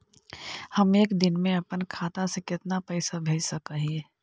हम एक दिन में अपन खाता से कितना पैसा भेज सक हिय?